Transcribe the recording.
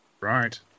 Right